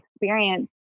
experience